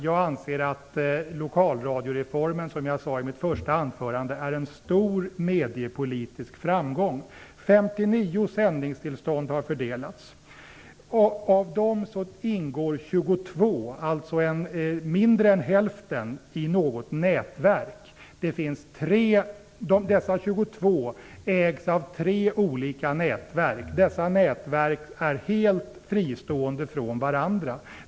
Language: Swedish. Jag anser att lokalradioreformen är en stor mediapolitisk framgång, vilket jag också sade i mitt första anförande. 59 sändningstillstånd har fördelats. Av dessa ingår 22, mindre än hälften, i något nätverk. Dessa 22 tillstånd ägs av tre olika nätverk. Dessa nätverk är helt fristående från varandra.